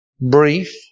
brief